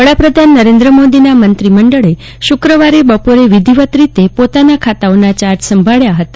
વડા પ્રધાન નરેન્દ્ર મોદીના મંત્રી મંડળે શુક્રવારે બપોરે વિધિવત રીતે પોતાના ખાતાઓનો યાર્જ સભાળ્યો હતો